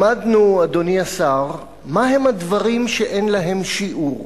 למדנו, אדוני השר, מהם הדברים שאין להם שיעור: